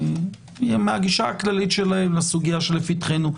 מהגישה הכללית שלהם לסוגיה שבפתחנו.